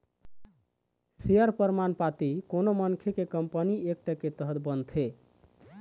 share परमान पाती कोनो मनखे के कंपनी एक्ट के तहत बनथे